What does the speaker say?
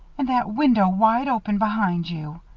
and that window wide open behind you!